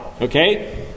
Okay